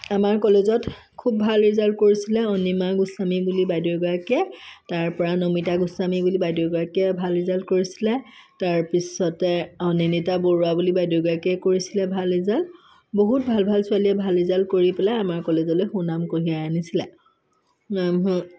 আমাৰ কলেজত খুব ভাল ৰিজাল্ট কৰিছিলে অনিমা গোস্বামী বুলি বাইদেউ এগৰাকীয়ে তাৰপৰা নমিতা গোস্বামী বুলি বাইদেউ এগৰাকীয়ে ভাল ৰিজাল্ট কৰিছিলে তাৰপিছতে অনিন্দিতা বৰুৱা বুলি বাইদেউ এগৰাকীয়ে কৰিছিলে ভাল ৰিজাল্ট বহুত ভাল ভাল ছোৱালীয়ে ভাল ৰিজাল্ট কৰি পেলাই আমাৰ কলেজলৈ সুনাম কঢ়িয়াই আনিছিলে